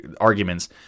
arguments